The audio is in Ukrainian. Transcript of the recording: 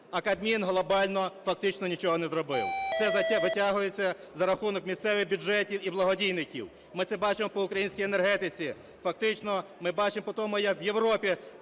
а Кабмін глобально фактично нічого не зробив. Все витягується за рахунок місцевих бюджетів і благодійників – ми це бачимо по українській енергетиці. Фактично ми бачимо по тому, як в Європі